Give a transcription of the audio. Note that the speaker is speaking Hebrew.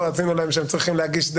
הם צריכים להגיש,